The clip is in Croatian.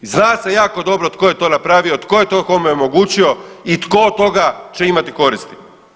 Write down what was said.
Zna se jako dobro tko je to napravio, tko je to kome omogućio i tko od toga će imati koristi.